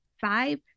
five